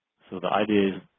so the idea